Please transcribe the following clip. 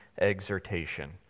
exhortation